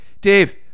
Dave